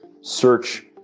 Search